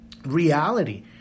Reality